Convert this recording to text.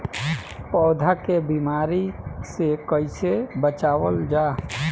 पौधा के बीमारी से कइसे बचावल जा?